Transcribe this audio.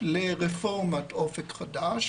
לרפורמת אופק חדש